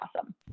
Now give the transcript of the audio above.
awesome